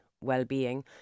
well-being